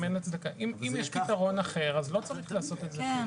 אם יש פתרון אחר, אז לא צריך לעשות את זה פיזית.